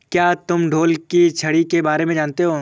क्या तुम ढोल की छड़ी के बारे में जानते हो?